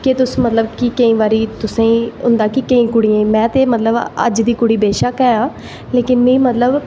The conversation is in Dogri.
कि तुस मतलब कि केईं बारी तुसें ई होंदा कि केईं कुड़ियें गी में ते मतलब अज्ज दी कुड़ी बेश्क्क ऐ लेकिन मिगी मतलब